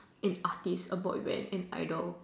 an artist a boy band an idol